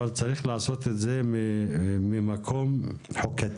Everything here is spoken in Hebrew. אבל צריך לעשות את זה ממקום חוקתי.